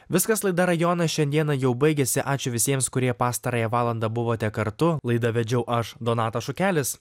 viskas laida rajonas šiandieną jau baigėsi ačiū visiems kurie pastarąją valandą buvote kartu laidą vedžiau aš donatas šukelis